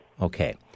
Okay